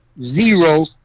zero